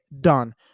Done